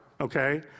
okay